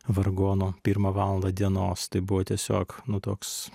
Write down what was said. vargonų pirmą valandą dienos tai buvo tiesiog nu toks